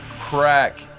crack